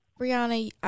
Brianna